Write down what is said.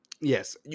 yes